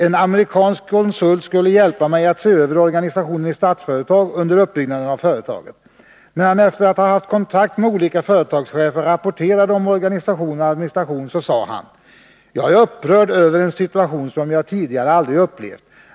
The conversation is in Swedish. En amerikansk konsult skulle hjälpa mig att se över organisationen i Statsföretag under uppbyggnaden av företaget. När han efter att ha haft kontakt med olika företagschefer rapporterade om organisation och administration sade han: 'Jag är upprörd över en situation som jag tidigare aldrig upplevt.